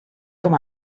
com